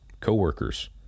coworkers